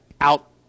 out